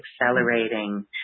accelerating